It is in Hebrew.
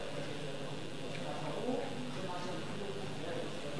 גבירותי ורבותי חברי הכנסת, עדיין אין שר,